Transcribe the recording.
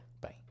Bye